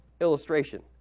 illustration